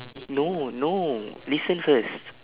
no no listen first